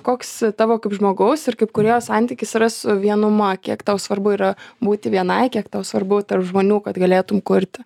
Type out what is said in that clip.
koks tavo kaip žmogaus ir kaip kūrėjo santykis yra su vienuma kiek tau svarbu yra būti vienai kiek tau svarbu tarp žmonių kad galėtum kurti